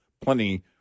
plenty